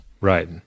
Right